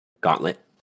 gauntlet